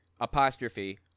apostrophe